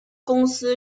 公司